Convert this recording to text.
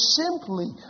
simply